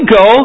go